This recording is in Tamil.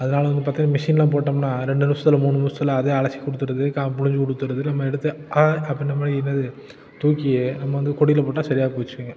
அதனால வந்து பார்த்தீங்கன்னா மிஷினில் போட்டோம்னால் ரெண்டு நிமிஷத்துல மூணு நிமிஷத்துல அதே அலசி கொடுத்துடுது கா புழிஞ்சு கொடுத்துருது நம்ம எடுத்து அ அப்படின்னு என் இன்னது தூக்கி நம்ம வந்து கொடியில் போட்டால் சரியா போயிடுச்சிங்க